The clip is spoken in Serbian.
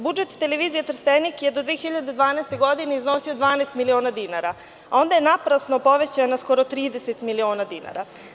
Budžet Televizije Trstenik je do 2012. godine je iznosio 12 miliona dinara, a onda je naprasno povećan na 30 miliona dinara.